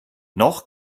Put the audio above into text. noch